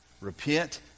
Repent